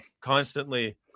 constantly